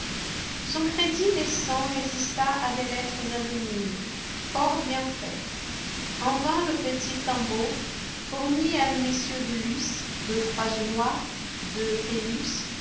son crédit naissant résista à des lettres anonymes fort bien faites en vain le petit tanbeau fournit à mm de luz de croisenois de